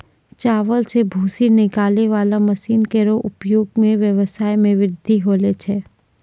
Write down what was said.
चावल सें भूसी निकालै वाला मसीन केरो उपयोग सें ब्यबसाय म बृद्धि होलो छै